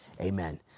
amen